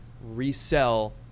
resell